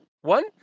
one